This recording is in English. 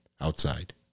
outside